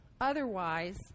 Otherwise